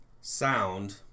sound